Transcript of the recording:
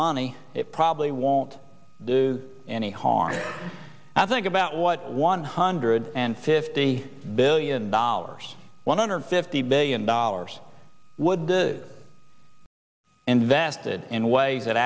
money it probably won't do any harm i think about what one hundred and fifty billion dollars one hundred fifty billion dollars would the invested in a way that